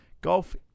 Golf